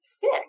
fix